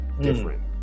different